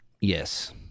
Yes